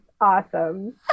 awesome